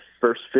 first